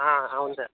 అవును సార్